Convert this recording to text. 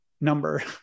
number